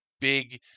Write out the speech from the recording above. big